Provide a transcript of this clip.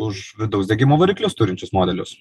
už vidaus degimo variklius turinčius modelius